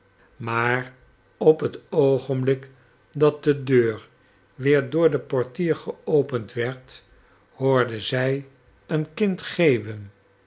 maar op het oogenblik dat de deur weer door den portier geopend werd hoorde zij een kind geeuwen